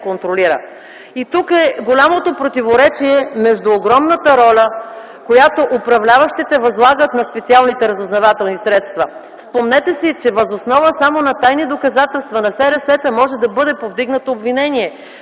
И тук е голямото противоречие между огромната роля, която управляващите възлагат на специалните разузнавателни средства. Спомнете си, че въз основа само на тайни доказателства, на СРС-та може да бъде повдигнато обвинение,